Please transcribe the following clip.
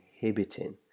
inhibiting